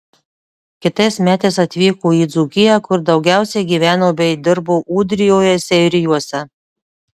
kitais metais atvyko į dzūkiją kur daugiausiai gyveno bei dirbo ūdrijoje seirijuose